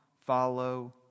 follow